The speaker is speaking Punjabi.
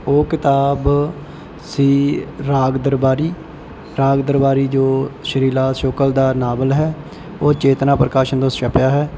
ਉਹ ਕਿਤਾਬ ਸੀ ਰਾਗ ਦਰਬਾਰੀ ਰਾਗ ਦਰਬਾਰੀ ਜੋ ਸ਼੍ਰੀ ਲਾਲ ਸ਼ੁਕਲ ਦਾ ਨਾਵਲ ਹੈ ਉਹ ਚੇਤਨਾ ਪ੍ਰਕਾਸ਼ਨ ਤੋਂ ਛਪਿਆ ਹੈ